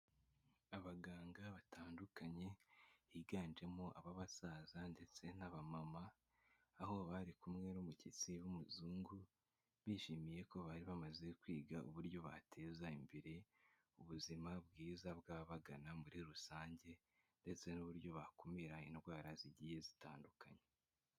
Abaganga batandukanye higanjemo aba basaza ndetse n'abamama, aho bari kumwe n'umushyitsi w'umuzungu bishimiye ko bari bamaze kwiga uburyo bateza imbere ubuzima bwiza bw'ababagana muri rusange ndetse n'uburyo bakumira indwara zigiye zitandukanye.